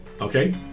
okay